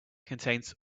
contains